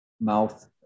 mouth